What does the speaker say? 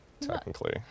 Technically